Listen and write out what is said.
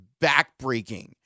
backbreaking